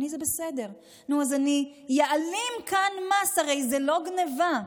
זה בסדר, אז אני אעלים כאן מס, הרי זאת לא גנבה,